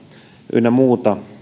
ynnä muuta